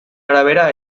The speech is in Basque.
arabera